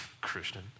Christian